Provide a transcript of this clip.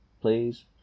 Please